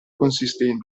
consistenti